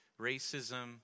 racism